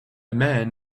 man